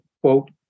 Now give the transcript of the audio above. quote